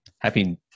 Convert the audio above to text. happy